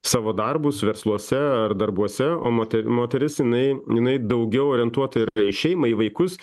savo darbus versluose ar darbuose o mote moteris jinai jinai daugiau orientuota yra į šeimą į vaikus